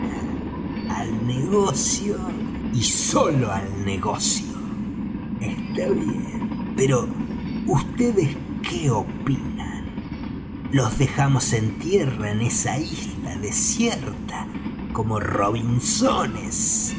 al negocio y sólo al negocio está bien pero vds qué opinan los dejamos en tierra en esa isla desierta como robinsones